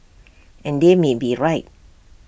and they may be right